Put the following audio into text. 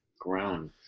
ground